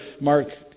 Mark